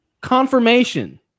Confirmation